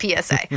PSA